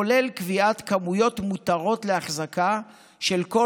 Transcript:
כולל קביעת כמויות מותרות להחזקה של כל